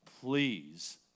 please